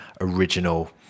original